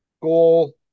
goal